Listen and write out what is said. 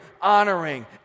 honoring